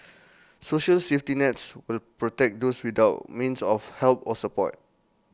social safety nets will protect those without means of help or support